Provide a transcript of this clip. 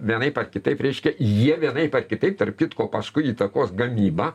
vienaip ar kitaip reiškia jie vienaip ar kitaip tarp kitko paskui įtakos gamybą